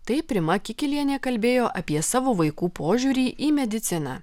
taip rima kikilienė kalbėjo apie savo vaikų požiūrį į mediciną